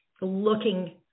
looking